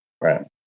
Right